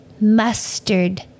mustard